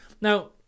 Now